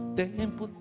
tempo